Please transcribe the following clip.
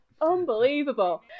Unbelievable